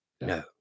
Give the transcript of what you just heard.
No